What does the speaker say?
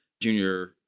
junior